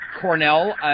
Cornell